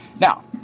Now